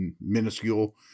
minuscule